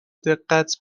دقت